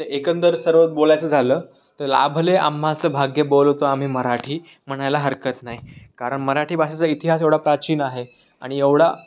तर एकंदर सर्व बोलायचं झालं तर लाभले आम्हास भाग्य बोलतो आम्ही मराठी म्हणायला हरकत नाही कारण मराठी भाषेचा इतिहास एवढा प्राचीन आहे आणि एवढा